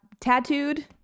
tattooed